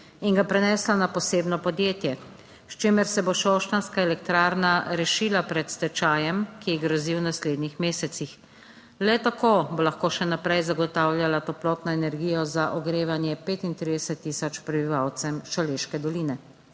in ga prenesla na posebno podjetje, s čimer se bo šoštanjska elektrarna rešila pred stečajem, ki ji grozi v naslednjih mesecih. Le tako bo lahko še naprej zagotavljala toplotno energijo za ogrevanje 35000 prebivalcem Šaleške doline.